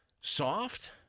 soft